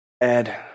Ed